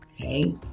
Okay